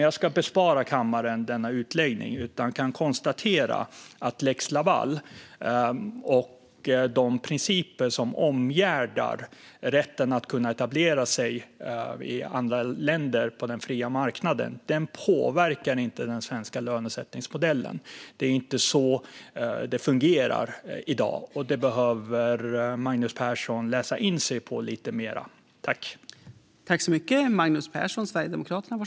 Jag ska bespara kammaren denna utläggning, men jag kan konstatera att lex Laval och de principer som omgärdar rätten att etablera sig i andra länder på den fria marknaden inte påverkar den svenska lönesättningsmodellen. Det är inte så det fungerar i dag, och det behöver Magnus Persson läsa in sig på lite mer.